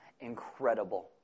incredible